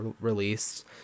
released